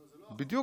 לא, זה לא הפוך.